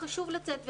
חשוב לצאת ולהתאוורר.